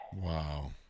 Wow